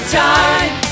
time